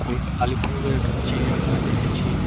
call আলিপুরের চিড়িয়াখানা দেখেছি